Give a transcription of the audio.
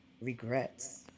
Regrets